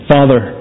Father